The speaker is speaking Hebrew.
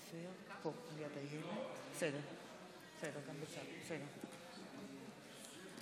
מצביעה חמד עמאר, מצביע ג'אבר עסאקלה, מצביע עודד